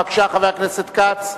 בבקשה, חבר הכנסת כץ.